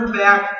back